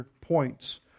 points